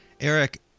Eric